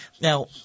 Now